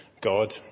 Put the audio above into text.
God